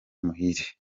muhire